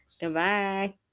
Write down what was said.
Goodbye